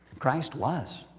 christ was.